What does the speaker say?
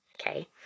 Okay